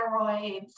steroids